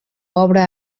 obra